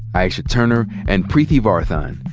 aisha turner, and preeti varathan.